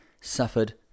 suffered